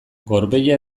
gorbeia